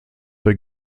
der